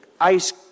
ice